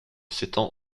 s’étend